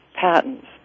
patents